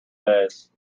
days